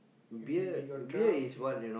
we we got draft we got